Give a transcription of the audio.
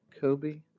Kobe